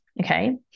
okay